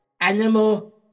Animal